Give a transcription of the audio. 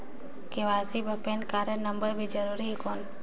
KYC बर PAN card number भी जरूरी हे कौन?